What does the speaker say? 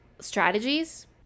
strategies